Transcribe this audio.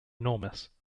enormous